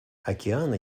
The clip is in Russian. океаны